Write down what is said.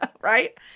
right